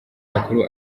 amakuru